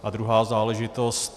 A druhá záležitost.